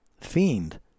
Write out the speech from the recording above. fiend